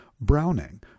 Browning